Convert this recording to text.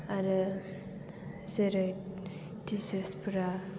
आरो जेरै टिचार्स फोरा